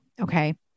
Okay